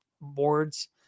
boards